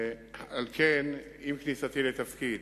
על כן, עם כניסתי לתפקיד,